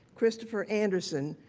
christopher anderson,